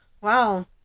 wow